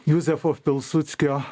juzefo pilsudskio